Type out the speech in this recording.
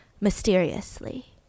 mysteriously